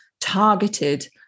targeted